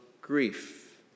grief